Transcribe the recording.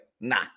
nah